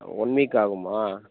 one week ஆகுமா